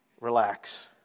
Relax